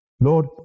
Lord